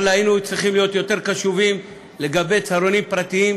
אבל היינו צריכים להיות יותר קשובים לגבי צהרונים פרטיים,